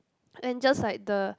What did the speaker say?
and just like the